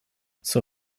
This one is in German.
zur